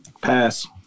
pass